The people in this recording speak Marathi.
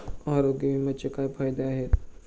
आरोग्य विम्याचे काय फायदे आहेत?